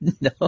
No